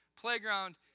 playground